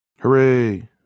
Hooray